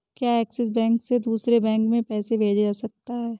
क्या Axis bank से दूसरे बैंक में पैसे भेजे जा सकता हैं?